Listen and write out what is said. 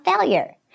failure